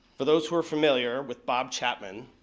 for those who are familiar with bob chapman,